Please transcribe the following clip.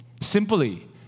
Simply